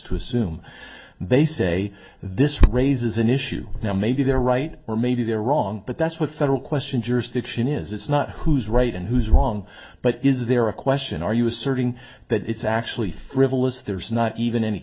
to assume they say this raises an issue now maybe they're right or maybe they're wrong but that's what federal question jurisdiction is it's not who's right and who's wrong but is there a question are you asserting that it's actually thrillist there's not even any